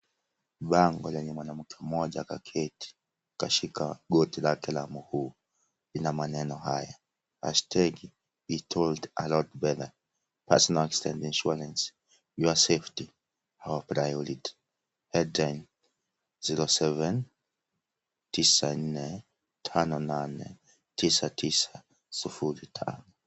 Bango lenye mwanamke mmoja kaketi. Kashika goti lake la mguu. Ina maneno haya, hashtegi WeDoIt AlotBetter, Personal Accident Insuarance, Your safety, Our Priority. Hotline, 0794589905 .